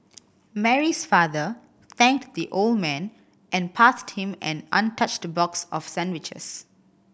Mary's father thanked the old man and passed him an untouched box of sandwiches